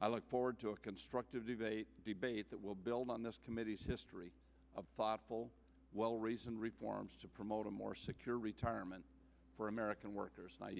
i look forward to a constructive debate debate that will build on this committee's history of thoughtful well reasoned reforms to promote a more secure retirement for american workers